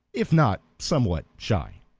if not somewhat shy.